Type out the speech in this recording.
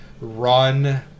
run